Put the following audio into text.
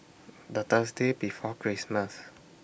The Thursday before Christmas